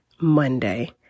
Monday